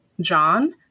John